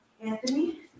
Anthony